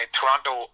Toronto